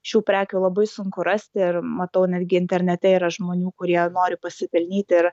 šių prekių labai sunku rasti ir matau netgi internete yra žmonių kurie nori pasipelnyti ir